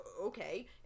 okay